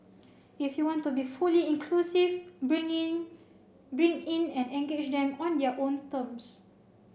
if you want to be fully inclusive bring in bring in and engage them on their own terms